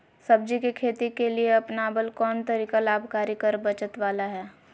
सब्जी के खेती के लिए अपनाबल कोन तरीका लाभकारी कर बचत बाला है?